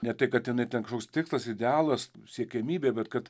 ne tai kad jinai ten kažkoks tikslas idealas siekiamybė bet kad